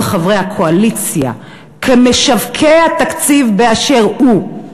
חברי הקואליציה משווקי התקציב באשר הוא,